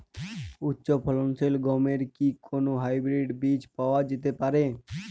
উচ্চ ফলনশীল গমের কি কোন হাইব্রীড বীজ পাওয়া যেতে পারে?